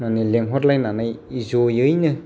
लिंहरलायनानै जयैनो